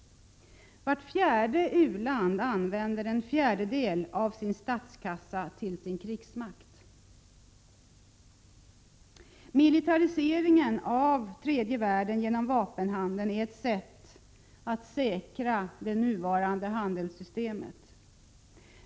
Vart fjärde u-land använder en fjärdedel av sin statskassa till sin krigsmakt. Militariseringen av tredje världen genom vapenhandeln är ett sätt att säkra det nuvarande handelssystemet.